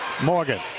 Morgan